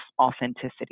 authenticity